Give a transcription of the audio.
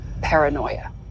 paranoia